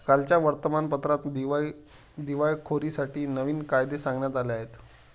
कालच्या वर्तमानपत्रात दिवाळखोरीसाठी नवीन कायदे सांगण्यात आले आहेत